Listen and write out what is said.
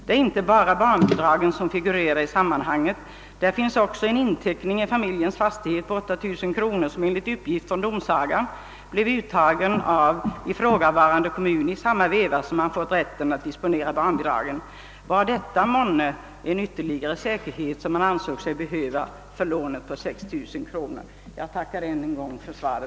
Det är inte bara barnbidragen som figurerar i sammanhanget; det finns också en inteckning i familjens fastighet på 8 000 kronor, som enligt uppgift från domsagan blev uttagen av ifrågavarande kommun vid samma tidpunkt som då den fått rätt att disponera barnbidragen. Var detta månne en ytterligare säkerhet, som kommunen ansåg sig behöva för lånet på 6 000 kronor? Jag tackar än en gång för svaret.